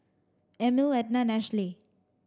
Emil Ednah Ashlie